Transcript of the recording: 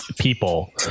people